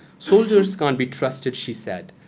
soldiers can't be trusted, she said,